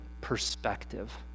perspective